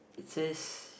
it says